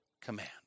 command